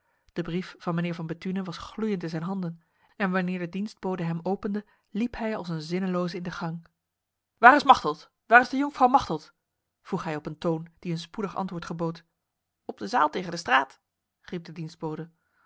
de brief van mijnheer van bethune was gloeiend in zijn handen en wanneer de dienstbode hem opende liep hij als een zinneloze in de gang waar is machteld waar is de jonkvrouw machteld vroeg hij op een toon die een spoedig antwoord gebood op de zaal tegen de straat riep de